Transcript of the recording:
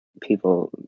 people